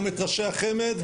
גם את ראשי החמ"ד,